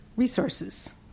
resources